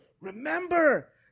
Remember